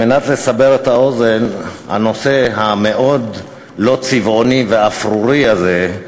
כדי לסבר את האוזן בנושא המאוד-לא-צבעוני והאפרורי הזה,